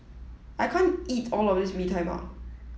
I can't eat all of this Bee Tai Mak